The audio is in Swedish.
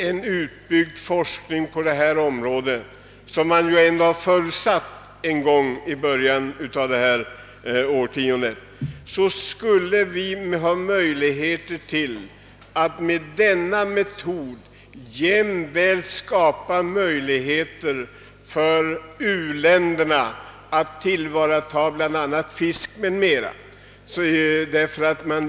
En utbyggnad av forskningen på detta område i den omfattning, som förutsattes i början av detta årtionde och som skulle kunna leda till en utveckling av denna metod, skulle dessutom skapa möjligheter att för u-ländernas räkning tillvarata fisk och andra produkter.